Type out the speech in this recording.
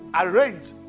Arrange